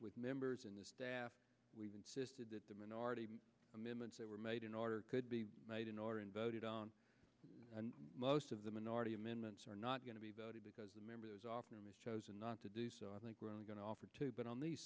with members in the staff we've insisted that the minority commitments that were made in order could be made in order in voted on and most of the minority amendments are not going to be voted because the members are chosen not to do so i think we're only going to offer two but on the se